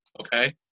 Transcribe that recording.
okay